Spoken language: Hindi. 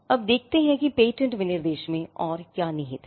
अब देखते हैं कि पेटेंट विनिर्देश में और क्या निहित है